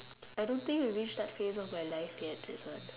I don't think I reached that phase of my life yet that's why